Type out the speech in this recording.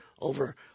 over